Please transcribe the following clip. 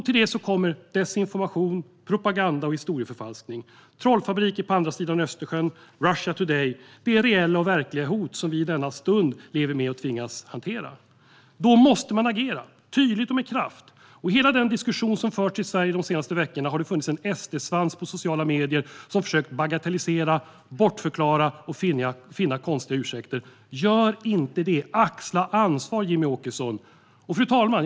Till det kommer desinformation, propaganda och historieförfalskning. Vi har trollfabriker på andra sidan Östersjön och Russia Today. Detta är reella och verkliga hot som vi i denna stund lever med och tvingas hantera. Då måste man agera tydligt och med kraft. I hela den diskussion som förts i Sverige de senaste veckorna har det funnits en SD-svans på sociala medier som försökt bagatellisera, bortförklara och finna konstiga ursäkter. Gör inte det! Axla ansvar, Jimmie Åkesson! Fru talman!